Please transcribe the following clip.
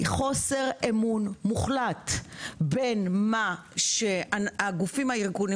חוסר אמון מוחלט בין מה שאומרים הגופים הביטחוניים